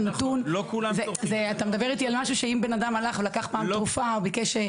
אתה מדבר איתי על משהו שאם בן אדם הלך ולקח פעם תרופה מחרדה,